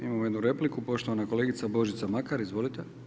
Imamo jednu repliku, poštovana kolegica Božica Makar, izvolite.